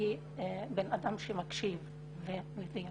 ובן אדם שמקשיב ומבין